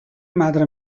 madre